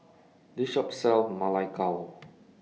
This Shop sells Ma Lai Gao